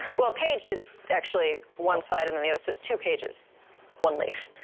well, page is actually one side, and and yeah this is two pages one leaf.